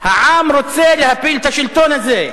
העם רוצה להפיל את השלטון הזה,